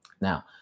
Now